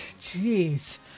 Jeez